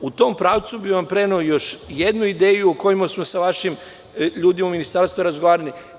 U tom pravcu bih vam preneo još jednu ideju o kojoj smo sa vašim ljudima u ministarstvu razgovarali.